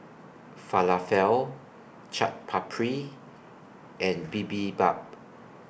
Falafel Chaat Papri and Bibimbap